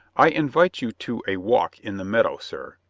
i invite you to a walk in the meadow, sir.